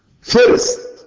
first